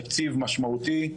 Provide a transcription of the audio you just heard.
תקציב משמעותי,